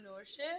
entrepreneurship